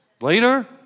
later